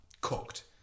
cooked